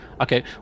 Okay